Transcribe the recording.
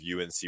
UNC